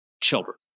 children